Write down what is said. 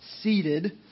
seated